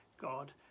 god